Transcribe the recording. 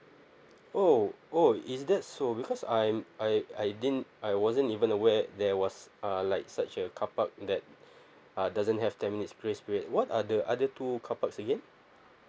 oh oh is that so because I'm I I didn't I wasn't even aware there was uh like such a carpark that uh doesn't have ten minutes grace period what are the other two carpark again